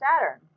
Saturn